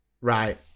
Right